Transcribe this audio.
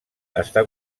està